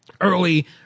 early